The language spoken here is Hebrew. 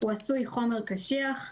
(1)הוא עשוי חומר קשיח,